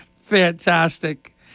fantastic